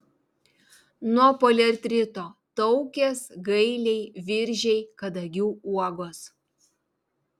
nuo poliartrito taukės gailiai viržiai kadagių uogos